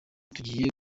tugiye